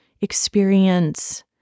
experience